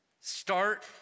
Start